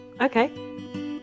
Okay